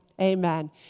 Amen